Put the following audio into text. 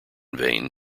vein